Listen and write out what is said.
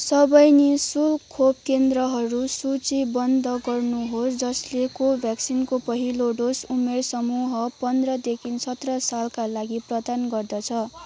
सबै नि शुल्क खोप केन्द्रहरू सूचीबद्ध गर्नुहोस् जसले कोभ्याक्सिनको पहिलो डोज उमेर समूह पन्ध्रदेखि सत्र सालका लागि प्रदान गर्दछ